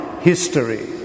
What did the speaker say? history